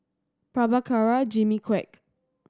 Prabhakara Jimmy Quek